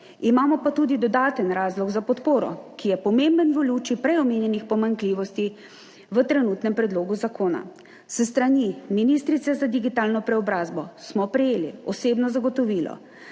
Imamo pa tudi dodaten razlog za podporo, ki je pomemben v luči prej omenjenih pomanjkljivosti v trenutnem predlogu zakona. S strani ministrice za digitalno preobrazbo smo prejeli osebno zagotovilo,